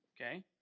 Okay